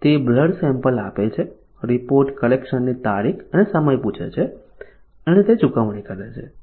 તે blood sample આપે છે રિપોર્ટ કલેક્શનની તારીખ અને સમય પૂછે છે અને તે ચુકવણી કરે છે